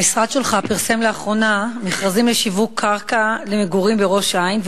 המשרד שלך פרסם לאחרונה מכרזים לשיווק קרקע למגורים בראש-העין,